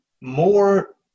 more